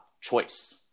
choice